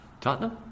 Tottenham